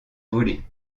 voler